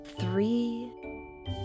three